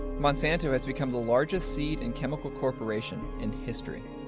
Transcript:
monsanto has become the largest seed and chemical corporation in history.